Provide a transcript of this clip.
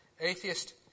Atheist